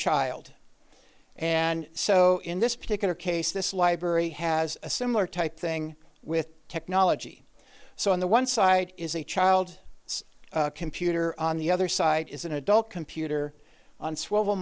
child and so in this particular case this library has a similar type thing with technology so on the one side is a child computer on the other side is an adult computer on sw